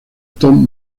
tom